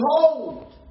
Behold